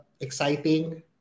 exciting